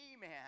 man